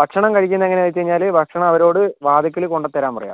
ഭക്ഷണം കഴിക്കുന്നത് എങ്ങനെ എന്ന് വച്ചുകഴിഞ്ഞാല് ഭക്ഷണം അവരോട് വാതിൽക്കൽ കൊണ്ടുത്തരാൻ പറയുക